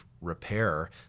repair